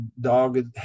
dog